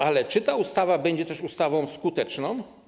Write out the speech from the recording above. Ale czy ta ustawa będzie też ustawą skuteczną?